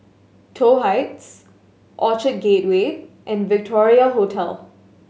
Toh Heights Orchard Gateway and Victoria Hotel